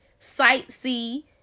sightsee